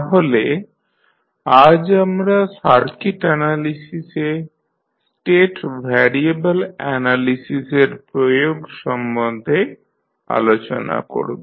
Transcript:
তাহলে আজ আমরা সার্কিট অ্যানালিসিসে স্টেট ভ্যারিয়েবল অ্যানালিসিসের প্রয়োগ সম্বন্ধে আলোচনা করব